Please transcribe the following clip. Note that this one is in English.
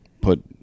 put